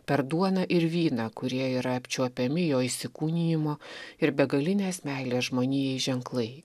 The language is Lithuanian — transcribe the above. per duoną ir vyną kurie yra apčiuopiami jo įsikūnijimo ir begalinės meilės žmonijai ženklai